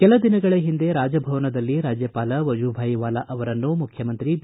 ಕೆಲ ದಿನಗಳ ಹಿಂದೆ ರಾಜಭವನದಲ್ಲಿ ರಾಜ್ಯಪಾಲ ವಜೂಭಾಯಿ ವಾಲಾ ಅವರನ್ನು ಮುಖ್ಯಮಂತ್ರಿ ಬಿ